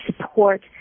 support